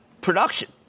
production